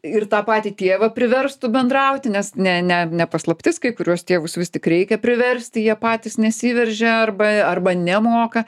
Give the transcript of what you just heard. ir tą patį tėvą priverstų bendrauti nes ne ne ne paslaptis kai kuriuos tėvus vis tik reikia priversti jie patys nesiveržia arba arba nemoka